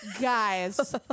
Guys